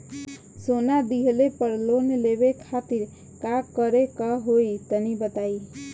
सोना दिहले पर लोन लेवे खातिर का करे क होई तनि बताई?